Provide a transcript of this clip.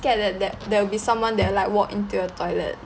scared that that there will be someone that like walk into the toilet